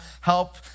help